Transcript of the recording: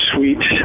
Suite